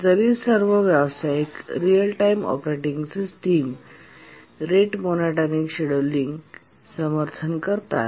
जरी सर्व व्यावसायिक real time operating system rate monotonic शेड्यूलिंगचे समर्थन करतात